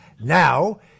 now